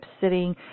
sitting